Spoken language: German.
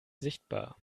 sichtbar